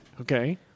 Okay